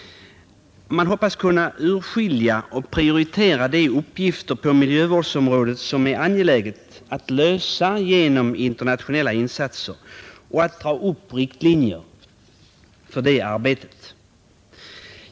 Man hoppas kunna urskilja och prioritera de uppgifter på miljövårdsområdet som är angelägnast att lösa genom internationella insatser och dra upp riktlinjer för det arbetet.